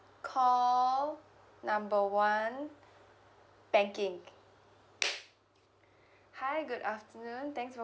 call number one banking hi good afternoon thanks for